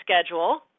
schedule